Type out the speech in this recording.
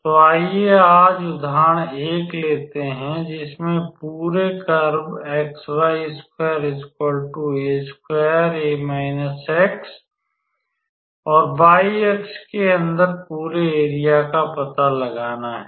तो आइए आज उदाहरण 1 लेते हैं जिसमे पूरे कर्व और y अक्ष के अंदर पूरे एरिया का पता लगाना है